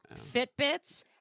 Fitbits